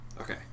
Okay